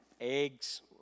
eggs